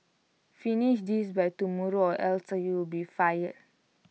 finish this by tomorrow or else you'll be fired